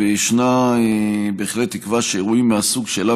ויש בהחלט תקווה שאירועים מהסוג שאליו